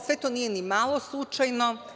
Sve to nije nimalo slučajno.